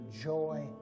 joy